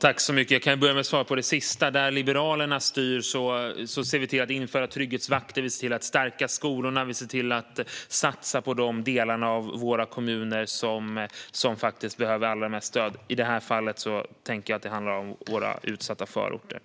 Fru talman! Jag kan börja med att svara på det sista. Där Liberalerna styr ser vi till att införa trygghetsvakter, vi ser till att stärka skolorna och vi ser till att satsa på de delar av våra kommuner som faktiskt behöver allra mest stöd. I det här fallet tänker jag att det handlar om våra utsatta förorter.